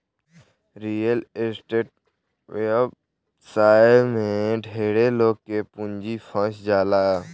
real estate व्यवसाय में ढेरे लोग के पूंजी फंस जाला